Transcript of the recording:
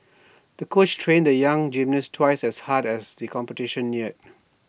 the coach trained the young gymnast twice as hard as the competition neared